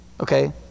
Okay